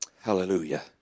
Hallelujah